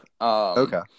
Okay